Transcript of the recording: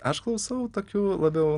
aš klausau tokių labiau